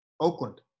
Oakland